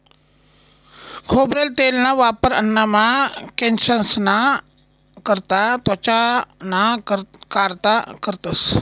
खोबरेल तेलना वापर अन्नमा, केंससना करता, त्वचाना कारता करतंस